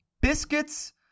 biscuits